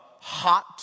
hot